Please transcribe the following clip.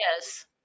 yes